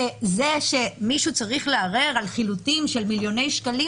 וזה שמישהו צריך לערער על חילוטים של מיליוני שקלים,